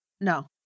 No